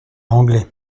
anglet